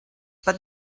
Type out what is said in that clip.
but